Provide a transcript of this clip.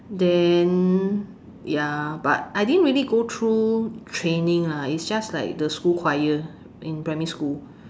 then ya but I didn't really go through training lah it's just like the school choir in primary school